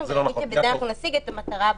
ולהגיד שבזה אנחנו נשיג את המטרה הבריאותית.